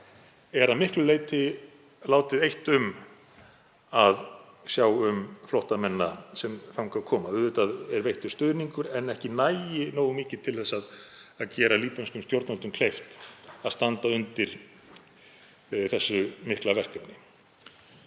er að miklu leyti látið eitt um að sjá um flóttamennina sem þangað koma. Auðvitað er veittur stuðningur en ekki nógu mikið til að gera líbönskum stjórnvöldum kleift að standa undir þessu mikla verkefni.